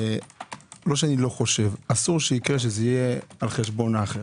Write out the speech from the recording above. אסור שיקרה שזה יהיה על חשבון האחר.